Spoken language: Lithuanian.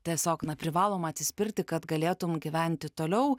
tiesiog privaloma atsispirti kad galėtum gyventi toliau